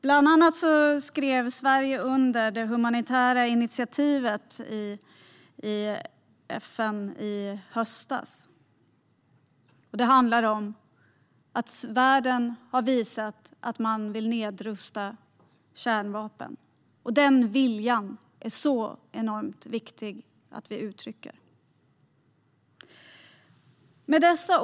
Bland annat skrev Sverige under det humanitära initiativet i FN i höstas. Världen har visat att man vill nedrusta kärnvapen. Den viljan är det enormt viktigt att vi uttrycker. Herr talman!